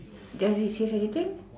does it says anything